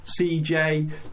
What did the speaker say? CJ